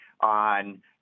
on